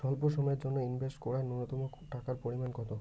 স্বল্প সময়ের জন্য ইনভেস্ট করার নূন্যতম টাকার পরিমাণ কত?